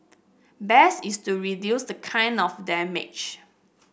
best is to reduce the kind of damage